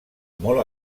molt